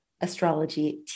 astrology